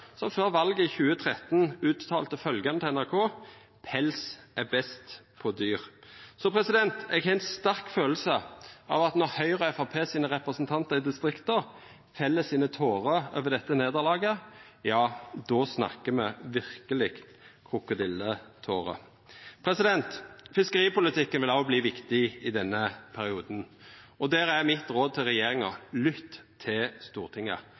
som før valet i 2013 uttalte til NRK at «pels er best på dyr». Eg har ein sterk følelse av at når Høgres og Framstegspartiets representantar i distrikta feller tårer over dette nederlaget, då snakkar me verkeleg om krokodilletårer. Fiskeripolitikken vil òg verta viktig i denne perioden, og der er mitt råd til regjeringa: Lytt til Stortinget!